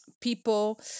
people